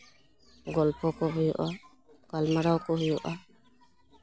ᱜᱚᱞᱯᱷᱚ ᱠᱚ ᱦᱩᱭᱩᱜᱼᱟ ᱜᱟᱞᱢᱟᱨᱟᱣ ᱠᱚ ᱦᱩᱭᱩᱜᱼᱟ